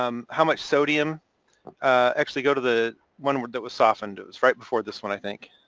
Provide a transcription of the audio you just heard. um how much sodium actually go to the one word that was softened. it was right before this one, i think.